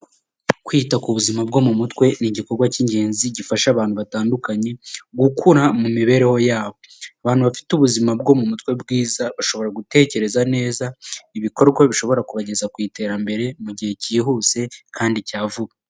Kwita ku buzima bwo mu mutwe ni igikorwa cy'ingenzi gifasha abantu batandukanye gukura mu mibereho yabo. Abantu bafite ubuzima bwo mu mutwe bwiza bashobora gutekereza neza ibikorwa bishobora kubageza ku iterambere mu gihe cyihuse kandi cya vuba.